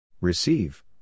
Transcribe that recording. Receive